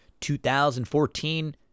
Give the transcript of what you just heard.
2014